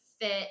fit